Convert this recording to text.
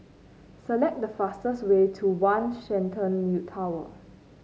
select the fastest way to One Shenton New Tower